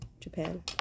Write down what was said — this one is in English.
Japan